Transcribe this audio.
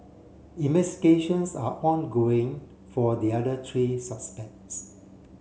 are ongoing for the other three suspects